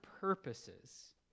purposes